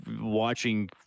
watching